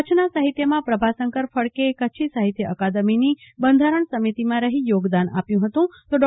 કચ્છના સાહિત્યમાં પ્રભાશંકરા ફડકેએ કચ્છી સાહિત્ય અકાદમીની બંધારણ સમીતિમાં રહી યોગદાન આપ્યું હતું તો ડો